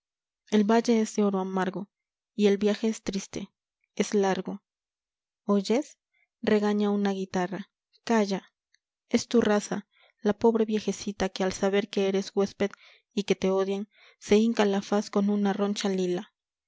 el valle es de oro amargo largo y el viaje es triste es oyes regaña una guitarra calla es tu raza la pobre viejecita que al saber que eres huésped y que te odian se hinca la faz con una roncha lila